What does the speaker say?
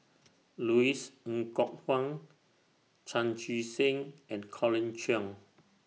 Louis Ng Kok Kwang Chan Chee Seng and Colin Cheong